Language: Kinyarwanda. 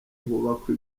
hubakwa